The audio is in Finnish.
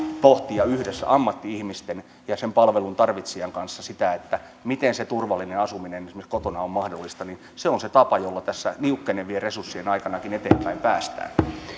pohtia yhdessä ammatti ihmisten ja sen palvelun tarvitsijan kanssa sitä miten se turvallinen asuminen esimerkiksi kotona on mahdollista on se tapa jolla tässä niukkenevien resurssien aikanakin eteenpäin päästään